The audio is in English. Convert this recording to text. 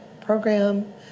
program